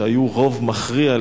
שהיו רוב מכריע,